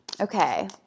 Okay